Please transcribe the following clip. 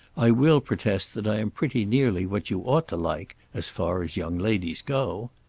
i will protest that i am pretty nearly what you ought to like as far as young ladies go.